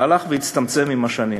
שהלך והצטמצם עם השנים,